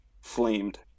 flamed